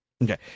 Okay